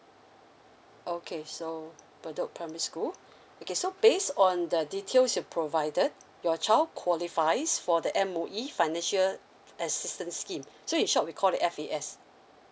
okay so bedok primary school okay so based on the details you've provided your child qualifies for the M_O_E financial assistance scheme so in short we called it F_A_S